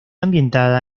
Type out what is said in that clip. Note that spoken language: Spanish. ambientada